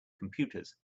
computers